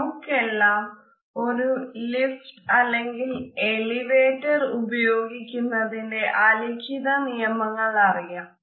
നമുക്കെല്ലാം ഒരു lift elevator ഉപയോഗിക്കുന്നതിന്റെ അലിഖിത നിയമങ്ങൾ അറിയാം